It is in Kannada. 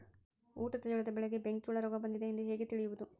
ಊಟದ ಜೋಳದ ಬೆಳೆಗೆ ಬೆಂಕಿ ಹುಳ ರೋಗ ಬಂದಿದೆ ಎಂದು ಹೇಗೆ ತಿಳಿಯುವುದು?